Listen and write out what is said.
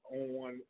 on